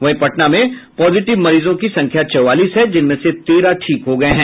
वहीं पटना में पॉजिटिव मरीजों की संख्या चौवालीस है जिनमें से तेरह ठीक हो गए हैं